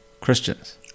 Christians